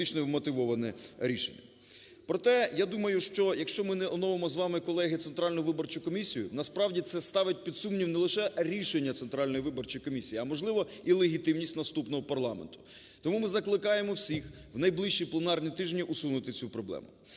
Проте, я думаю, що, якщо ми не оновимо з вами, колеги, Центральну виборчу комісію, насправді це ставить під сумнів не лише рішення Центральної виборчої комісії, а, можливо, і легітимність наступного парламенту. Тому ми закликаємо всіх в найближчі пленарні тижні усунути цю проблему.